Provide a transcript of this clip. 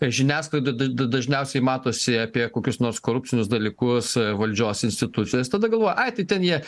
žiniasklaidoj da da dažniausiai matosi apie kokius nors korupcinius dalykus valdžios institucijos tada galvoja ai tai ten jie